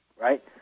right